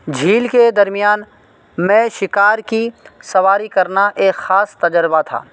جھیل کے درمیان میں شکار کی سواری کرنا ایک خاص تجربہ تھا